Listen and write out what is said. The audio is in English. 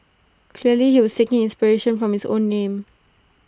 clearly he was thinking inspiration from his own name